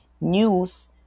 news